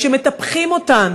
כשמטפחים אותן